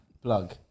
plug